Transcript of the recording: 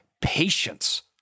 patience